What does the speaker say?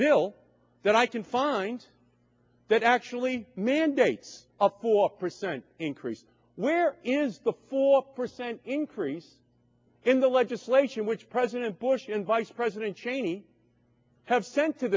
bill that i can find that actually mandates a poor percent increase where is the four percent increase in the legislation which president bush and vice president cheney have sent to